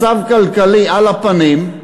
מצב כלכלי על הפנים,